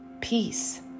peace